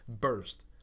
burst